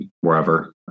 wherever